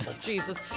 Jesus